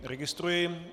Registruji.